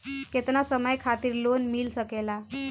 केतना समय खातिर लोन मिल सकेला?